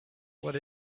what